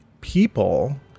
people